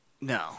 No